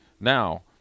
Now